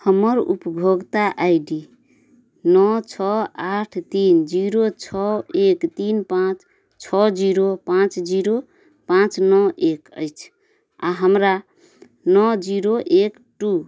हमर उपभोक्ता I D नओ छओ आठ तीन जीरो छओ एक तीन पाँच छओ जीरो पाँच जीरो पाँच नओ एक अछि आओर हमरा नओ जीरो एक टू